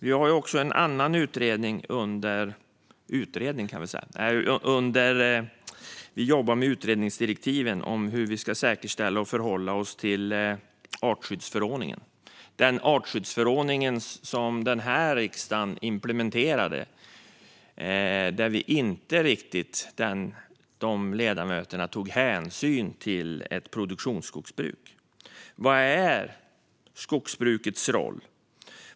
Vi jobbar också med direktiven för en utredning om hur vi ska säkerställa och förhålla oss till artskyddsförordningen, som denna riksdag implementerade utan att ledamöterna riktigt tog hänsyn till ett produktionsskogsbruk. Vad är skogsbrukets roll?